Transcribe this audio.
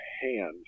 hand